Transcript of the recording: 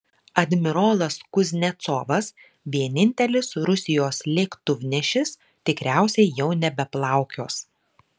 admirolas kuznecovas vienintelis rusijos lėktuvnešis tikriausiai jau nebeplaukios